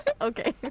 okay